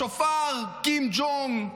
השופר קים ג'ונג,